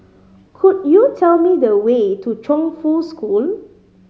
could you tell me the way to Chongfu School